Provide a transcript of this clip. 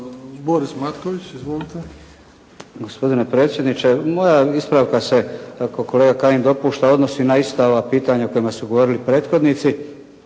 Borislav (HDZ)** Gospodine predsjedniče, moja se ispravka ako kolega Kajin dopušta odnosi na ista ova pitanja o kojima su govorili prethodnici,